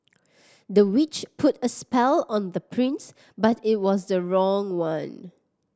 the witch put a spell on the prince but it was the wrong one